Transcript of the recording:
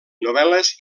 novel·les